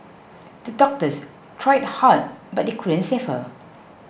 the doctors tried hard but they couldn't save her